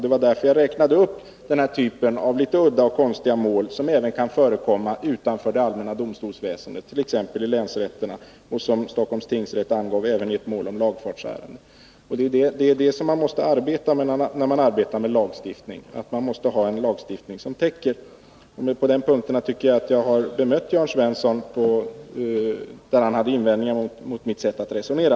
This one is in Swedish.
Det var därför som jag räknade upp den här typen av udda och konstiga mål, som även kan förekomma utanför det allmänna domstolsväsendet, t.ex. i länsrätterna, och som Stockholms tingsrätt angav även i ett mål om lagfartsärende. När man arbetar med lagstiftning måste man se till att man får en lagstiftning som är heltäckande. På de punkterna tycker jag att jag har bemött Jörn Svenssons invändningar mot mitt sätt att resonera.